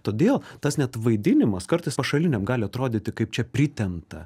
todėl tas net vaidinimas kartais pašaliniam gali atrodyti kaip čia pritempta